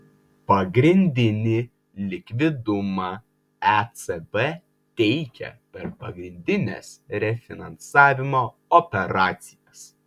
pagrindinį likvidumą ecb teikia per pagrindines refinansavimo operacijas